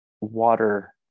water